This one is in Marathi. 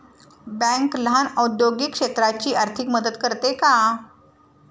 बँक लहान औद्योगिक क्षेत्राची आर्थिक मदत करते का?